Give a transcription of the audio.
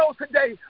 today